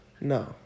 No